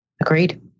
Agreed